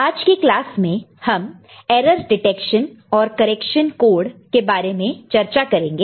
आज के क्लास हम एरर डिटेक्शन और करेक्शन कोड के बारे में चर्चा करेंगे